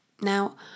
Now